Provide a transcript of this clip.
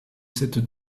cette